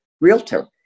realtor